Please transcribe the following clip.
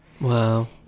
Wow